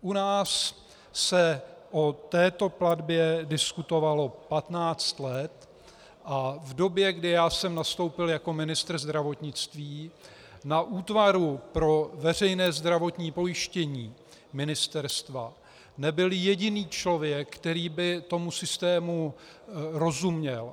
U nás se o této platbě diskutovalo 15 let a v době, kdy jsem nastoupil jako ministr zdravotnictví, na útvaru pro veřejné zdravotní pojištění ministerstva nebyl jediný člověk, který by tomu systému rozuměl.